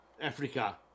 Africa